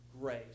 grace